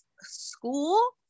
school